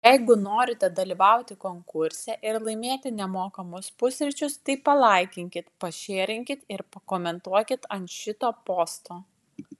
jeigu norite dalyvauti konkurse ir laimėti nemokamus pusryčius tai palaikinkit pašėrinkit ir pakomentuokit ant šito posto